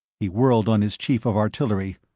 he whirled on his chief of artillery.